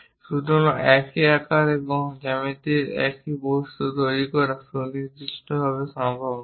সুতরাং একই আকার এবং জ্যামিতির একই বস্তু তৈরি করা সুনির্দিষ্টভাবে সম্ভব নয়